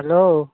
hello